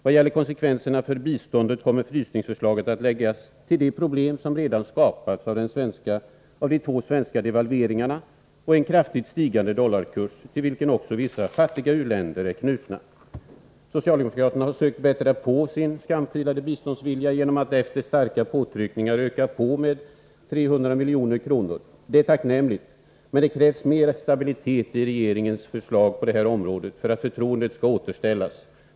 Vad gäller konsekvenserna för biståndet kommer frysningsförslaget att läggas till de problem som redan skapats av de två svenska devalveringarna och en kraftigt stigande dollarkurs, till vilken också vissa fattiga u-länder är knutna. Socialdemokraterna har sökt bättra på sin skamfilade biståndsvilja g-nom att efter starka påtryckningar öka på anslaget med 300 milj.kr. Det är tacknämligt, men det krävs mer stabilitet i regeringens förslag på det här området för att förtroendet skall återställas.